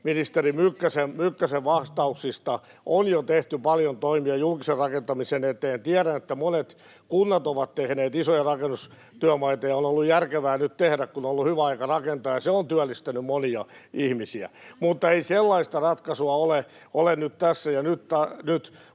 Edustaja Viitanen kertoi!] On jo tehty paljon toimia julkisen rakentamisen eteen. Tiedän, että monet kunnat ovat tehneet isoja rakennustyömaita ja on ollut järkevää nyt tehdä, kun on ollut hyvä aika rakentaa, ja se on työllistänyt monia ihmisiä. Mutta ei sellaista ratkaisua ole tässä ja nyt.